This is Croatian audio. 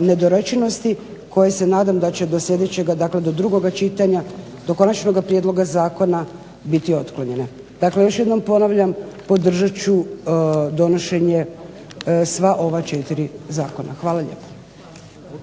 nedorečenosti koje se nadam da će do 2. čitanja, do Konačnog prijedloga zakona biti otklonjene. Dakle, još jednom ponavljam podržat ću donošenje sva ova 4 zakona. Hvala lijepa.